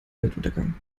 weltuntergang